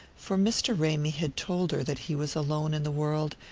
for mr. ramy had told her that he was alone in the world,